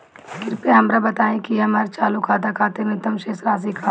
कृपया हमरा बताइं कि हमर चालू खाता खातिर न्यूनतम शेष राशि का ह